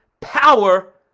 power